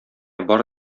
бар